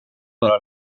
bara